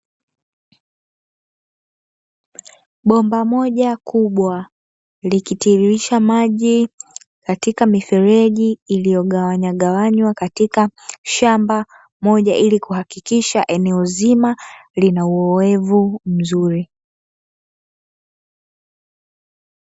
Bomba moja kubwa likitiririsha maji katika mifereji iliyogawanywagawanywa katika shamba moja, ili kuhakikisha eneo zima lina ulowevu mzuri.